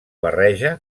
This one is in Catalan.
barreja